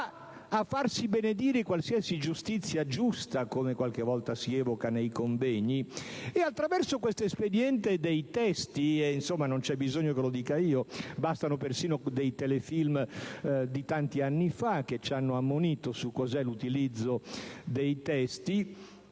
a farsi benedire qualsiasi giustizia giusta, come qualche volta si evoca nei convegni. Inoltre, l'espediente dei testi - non c'è bisogno che lo dica io, bastano quei telefilm di tanti anni fa che ci hanno ammonito su cosa sia l'utilizzo dei testi